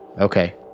Okay